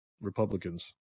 Republicans